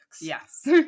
Yes